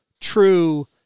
true